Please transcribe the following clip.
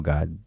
God